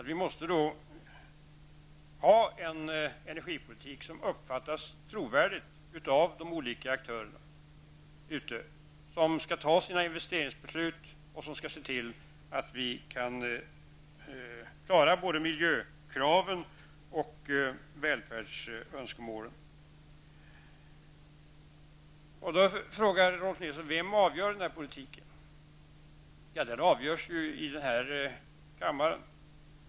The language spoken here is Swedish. Vi måste föra en energipolitik som uppfattas som trovärdig av de olika aktörer som skall fatta sina investeringsbeslut och som skall se till att vi kan klara miljökraven och välfärdsönskemålen. Rolf Nilson har frågat vem det är som avgör denna politik. Ja, den avgörs ju i denna kammare.